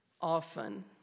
often